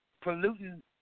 polluting